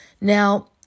Now